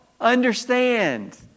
understand